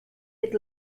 with